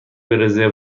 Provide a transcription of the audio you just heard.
رزرو